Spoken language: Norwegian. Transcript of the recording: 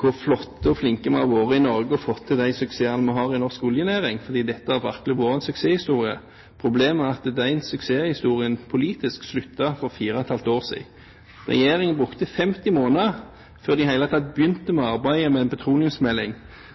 hvor flotte og flinke vi har vært i Norge, og at vi har fått til den suksessen vi har i norsk oljenæring. Dette har virkelig vært en suksesshistorie. Problemet er at den suksesshistorien politisk sluttet for fire og et halvt år siden. Regjeringen brukte 50 måneder før de i det hele tatt begynte arbeidet med en petroleumsmelding,